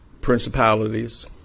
principalities